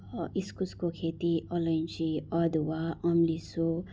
इस्कुसको खेती अलैँची अदुवा अम्लिसो